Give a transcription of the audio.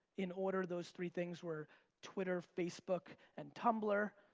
in order those three things were twitter, facebook, and tumblr.